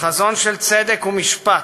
חזון של צדק ומשפט,